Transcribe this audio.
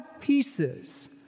pieces